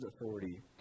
authority